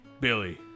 Billy